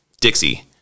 dixie